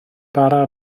bara